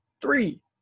three